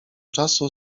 czasu